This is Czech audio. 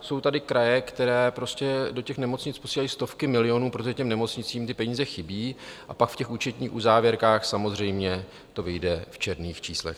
Jsou tady kraje, které prostě do těch nemocnic posílají stovky milionů, protože těm nemocnicím ty peníze chybí, a pak v těch účetních uzávěrkách samozřejmě to vyjde v černých číslech.